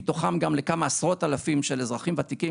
מתוכם גם לכמה עשרות אלפים של אזרחים ותיקים.